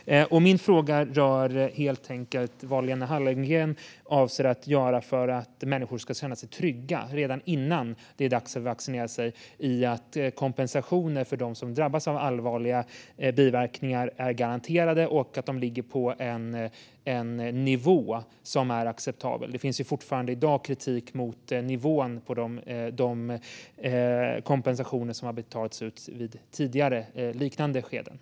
Vad avser Lena Hallengren att göra för att människor ska känna sig trygga redan före vaccination med att den som drabbas av allvarliga biverkningar är garanterad en acceptabel kompensation? Det finns ju kritik mot nivån på de kompensationer som har betalats ut vid tidigare liknande situationer.